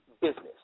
business